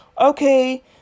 okay